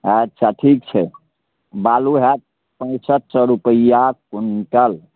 अच्छा ठीक छै बालू हाएत पैंसठ सए रुपैआ कुन्टल